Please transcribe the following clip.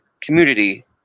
community